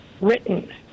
written